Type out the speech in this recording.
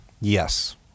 Yes